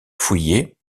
fouillée